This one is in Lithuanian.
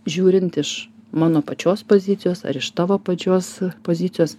žiūrint iš mano pačios pozicijos ar iš tavo pačios pozicijos